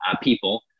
people